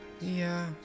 -"Yeah